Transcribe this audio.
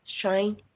shine